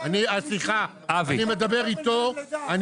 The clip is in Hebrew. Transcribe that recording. אני אומר את זה לא רק כדי לחבל לך במאמצים,